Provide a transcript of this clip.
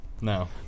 No